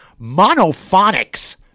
Monophonics